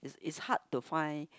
is hard to find